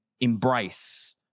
embrace